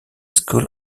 skull